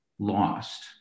lost